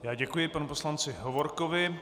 Já děkuji panu poslanci Hovorkovi.